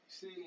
See